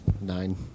Nine